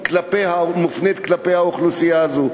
להיות מופנית כלפי האוכלוסייה הזאת.